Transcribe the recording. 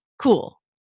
cool